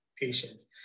patients